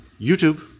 YouTube